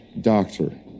Doctor